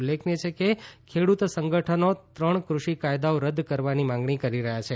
ઉલ્લેખનીય છે કે ખેડૂત સંગઠનો ત્રણ કૃષિ કાયદાઓ રદ્દ કરવાની માંગણી કરી રહ્યા છે